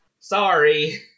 Sorry